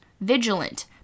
vigilant